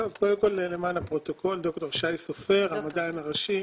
המדען הראשי,